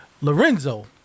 Lorenzo